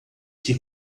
que